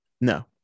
No